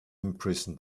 imprison